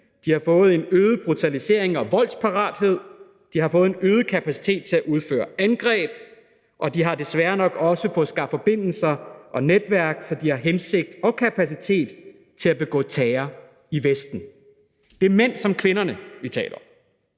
de har fået en øget brutalisering og voldsparathed, de har fået en øget kapacitet til at udføre angreb, og de har desværre nok også fået skabt forbindelser og netværk, så de har til hensigt og kapacitet til at begå terror i Vesten. Det er mænd som kvinder, vi taler om.